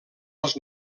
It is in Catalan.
les